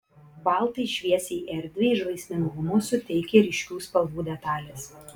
baltai šviesiai erdvei žaismingumo suteikia ryškių spalvų detalės